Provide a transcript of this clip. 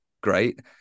great